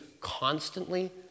constantly